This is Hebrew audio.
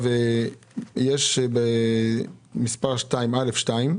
במספר (א)(2)